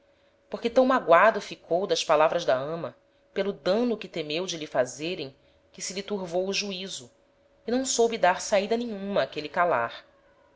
porque tão magoado ficou das palavras da ama pelo dano que temeu de lhe fazerem que se lhe turvou o juizo e não soube dar saida nenhuma áquele calar